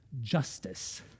justice